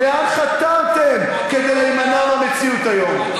לאן חתרתם כדי להימנע מהמציאות היום?